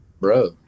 bro